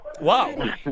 Wow